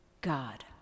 God